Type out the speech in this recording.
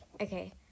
Okay